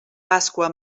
pasqua